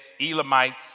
Elamites